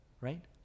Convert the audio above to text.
right